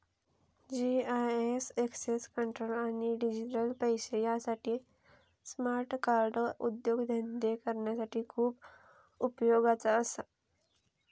GIS access control आणि digital पैशे यासाठी स्मार्ट कार्ड उद्योगधंदे करणाऱ्यांसाठी खूप उपयोगाचा असा